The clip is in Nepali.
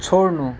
छोड्नु